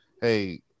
hey